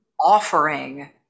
offering